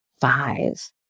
five